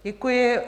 Děkuji.